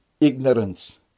ignorance